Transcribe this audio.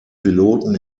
piloten